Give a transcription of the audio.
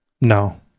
No